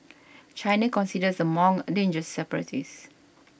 China considers the monk a dangerous separatist